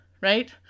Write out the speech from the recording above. right